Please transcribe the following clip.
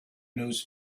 knows